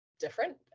different